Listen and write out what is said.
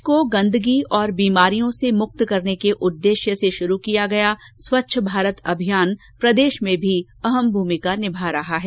देश को गंदगी और बीमारियों से मुक्त करने के उद्देश्य से शुरू किया गया स्वच्छ भारत अभियान प्रदेश में भी अहम भूमिका निभा रहा है